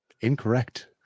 Incorrect